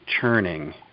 churning